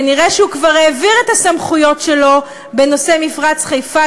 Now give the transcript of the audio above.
כנראה הוא כבר העביר את הסמכויות שלו בנושא מפרץ חיפה,